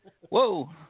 Whoa